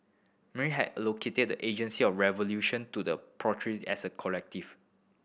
Marx had allocated the agency of revolution to the proletariat as a collective